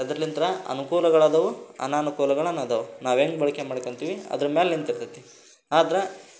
ಅದ್ರಲಿಂದ ಅನುಕೂಲಗಳು ಅದಾವು ಅನಾನುಕೂಲಗಳು ಅನದವು ನಾವು ಹೆಂಗ್ ಬಳಕ್ಕೆ ಮಾಡ್ಕೊಂತೀವಿ ಅದ್ರ ಮ್ಯಾಲೆ ನಿಂತಿರ್ತೈತಿ ಆದ್ರೆ